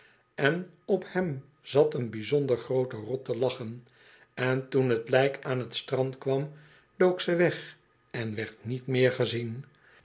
en op hem zat een bijzonder groote rot te lachen en toen het lijk aan t strand kwam dook ze weg en werd niet meer gezien